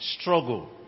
struggle